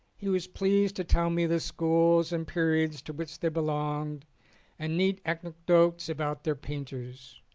he was pleased to tell me the schools and periods to which they belonged and neat anecdotes about their painters.